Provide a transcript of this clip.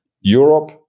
Europe